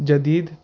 جدید